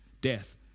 death